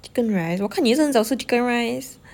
chicken rice 我看你好像很少吃 chicken rice